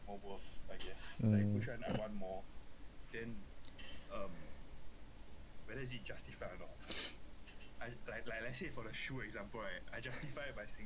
mm